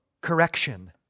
correction